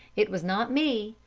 it was not me,